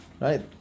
right